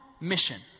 mission